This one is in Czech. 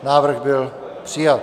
Návrh byl přijat.